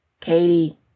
Katie